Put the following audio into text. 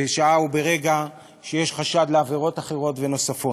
בשעה וברגע שיש חשד לעבירות אחרות ונוספות.